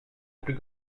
plus